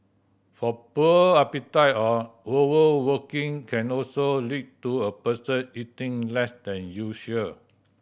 a poor appetite or overworking can also lead to a person eating less than usual